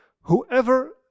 whoever